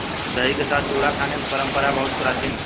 दही के साथ चूड़ा खाने की परंपरा बहुत प्राचीन है